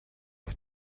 auf